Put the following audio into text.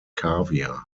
caviar